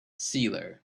sealer